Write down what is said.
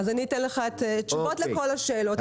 אז אני אתן לך תשובות לכל השאלות.